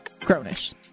groanish